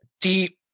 deep